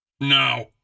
Now